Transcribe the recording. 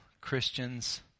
Christians